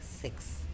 six